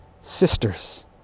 sisters